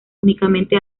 únicamente